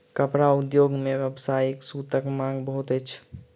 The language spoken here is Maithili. कपड़ा उद्योग मे व्यावसायिक सूतक मांग बहुत अछि